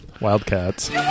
Wildcats